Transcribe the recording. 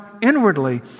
inwardly